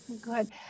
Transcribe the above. Good